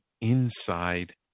inside